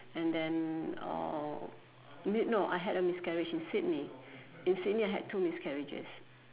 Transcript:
and then uh y~ no I had a miscarriage in Sydney in Sydney I had two miscarriages